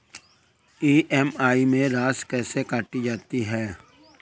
EMI में राशि कैसे काटी जाती है?